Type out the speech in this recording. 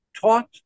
taught